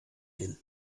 hin